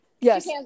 Yes